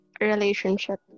relationship